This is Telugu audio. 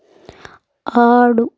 ఆడు